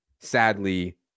Sadly